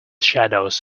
shadows